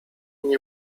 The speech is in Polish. nie